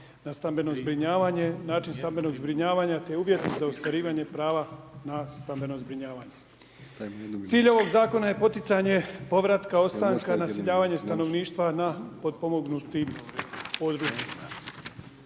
način stambenog zbrinjavanja te uvjeti za ostvarivanje prava na stambeno zbrinjavanje. Cilj ovog zakona je poticanje povratka ostanka, naseljavanje stanovništva na potpomognutim područjima.